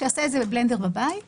שיעשה את זה בבלנדר בבית וישתה.